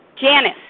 Janice